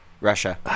Russia